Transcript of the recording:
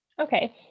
Okay